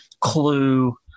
Clue